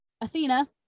Athena